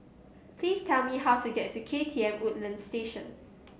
please tell me how to get to KTM Woodlands Station